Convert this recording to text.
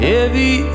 Heavy